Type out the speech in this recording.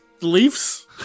Leafs